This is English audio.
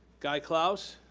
guy clauss.